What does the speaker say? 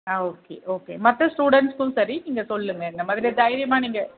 ஆ okay okay மற்ற ஸ்டூடெண்ட்ஸ்க்கும் சரி நீங்கள் சொல்லுங்கள் இந்த மாதிரி தைரியமாக நீங்கள்